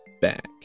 back